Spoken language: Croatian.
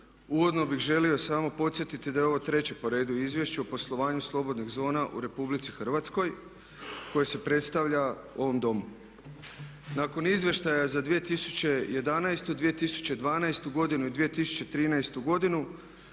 uvodno bih želio samo podsjetiti da je ovo treće po redu izvješće o poslovanju slobodnih zona u RH koje se predstavlja u ovom Domu. Nakon izvještaja za 2011., 2012. godinu i 2013.godinu